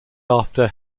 after